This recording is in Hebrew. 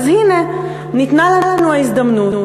אז הנה ניתנה לנו ההזדמנות,